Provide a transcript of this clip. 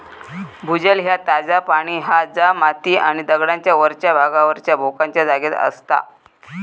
भूजल ह्या ताजा पाणी हा जा माती आणि दगडांच्या वरच्या भागावरच्या भोकांच्या जागेत असता